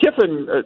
Kiffin